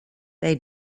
they